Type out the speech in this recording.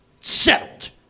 Settled